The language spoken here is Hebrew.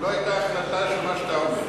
לא הייתה החלטה של מה שאתה אומר.